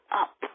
up